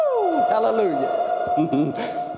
Hallelujah